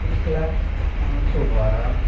एक लाख पाँच सौ बारह